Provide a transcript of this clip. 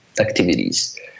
activities